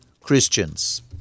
Christians